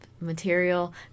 material